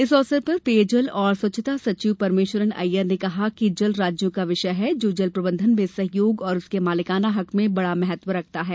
इस अवसर पर पेय जल और स्वच्छता सचिव परमेश्वरन अय्यर ने कहा कि जल राज्यों का विषय है जो जल प्रबंधन में सहयोग और उसके मालिकाना हक में बड़ा महत्व रखता है